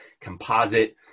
composite